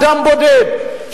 אדם בודד,